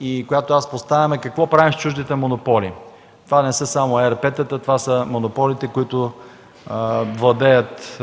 и аз поставям, е какво правим с чуждите монополи. Това не са само ЕРП-тата, а монополите, които владеят